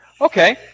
Okay